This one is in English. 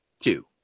two